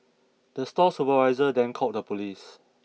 the store supervisor then called the police